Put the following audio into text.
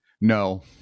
no